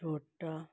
ਛੋਟਾ